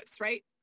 right